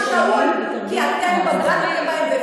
ביקרתי הרבה, במקומות האלה.